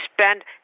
spend